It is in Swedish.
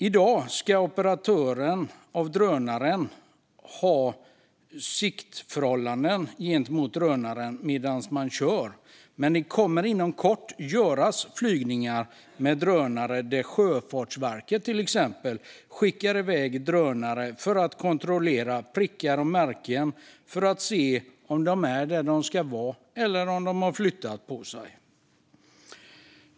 I dag ska operatören ha drönaren inom synhåll när den körs, men det kommer inom kort att göras flygningar med drönare där Sjöfartsverket skickar iväg drönare för att kontrollera prickar och märken och se om de är där de ska vara eller om de har flyttat på sig.